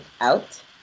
out